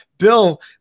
Bill